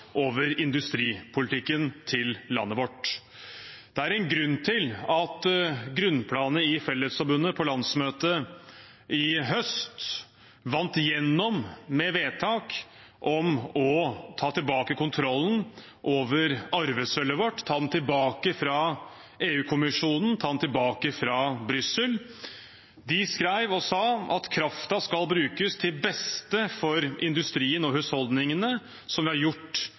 industripolitikken til landet vårt. Det er en grunn til at grunnplanet i Fellesforbundet på landsmøtet i høst vant igjennom med vedtak om å ta tilbake kontrollen over arvesølvet vårt – ta den tilbake fra EU-kommisjonen, ta den tilbake fra Brussel. De skrev og sa at kraften skulle brukes til beste for industrien og husholdningene, som den har